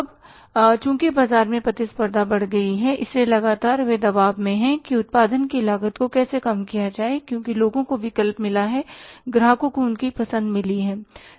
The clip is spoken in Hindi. अब चूंकि बाजार में प्रतिस्पर्धा बढ़ गई है इसलिए लगातार वे दबाव में हैं कि उत्पादन की लागत को कैसे कम किया जाए क्योंकि लोगों को विकल्प मिला है ग्राहकों को उनकी पसंद मिली है